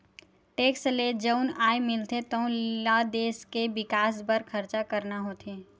tax ले जउन आय मिलथे तउन ल देस के बिकास बर खरचा करना होथे